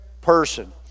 person